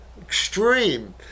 extreme